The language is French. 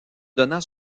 donnant